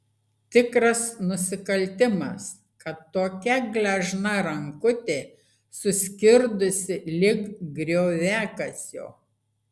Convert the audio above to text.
tikras nusikaltimas kad tokia gležna rankutė suskirdusi lyg grioviakasio